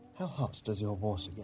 how hot does your water yeah